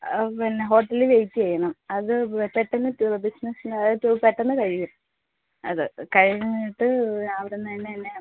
പിന്നെ hotel wait ചെയ്യണം അത് പെട്ടന്ന് തീ ബിസ്നസ്ന് അതായത് പെട്ടന്ന് കഴിയും അത് കഴിഞ്ഞിട്ട് അവിടുന്നു തന്നെ